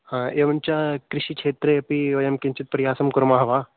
हा एवञ्च कृषिक्षेत्रे अपि वयं किञ्चित् प्रयासं कुर्मः वा